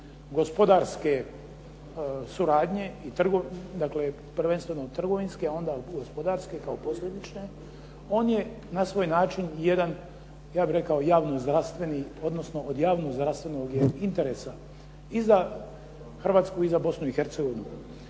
gospodarske suradnje, prvenstveno trgovinske, a onda gospodarske kao posljedične, on je na svoj način jedan, ja bih rekao javno zdravstveni, odnosno od javno zdravstvenog interesa i za Hrvatsku i za Bosnu i Hercegovinu.